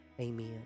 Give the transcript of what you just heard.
Amen